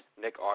Nick